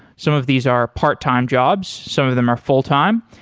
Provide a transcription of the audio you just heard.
some of these are part-time jobs, some of them are full time.